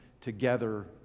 together